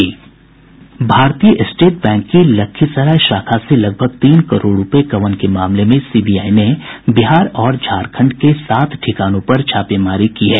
भारतीय State Bank की लखीसराय शाखा से लगभग तीन करोड़ रूपये गबन के मामले में सीबीआई ने बिहार और झारखंड के सात ठिकानों पर छापेमारी की है